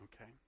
okay